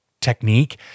technique